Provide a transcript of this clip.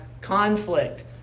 conflict